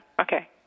Okay